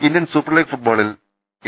Indian super league ഫുട്ബോളിൽ A